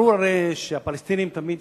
הרי ברור שהפלסטינים תמיד,